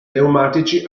pneumatici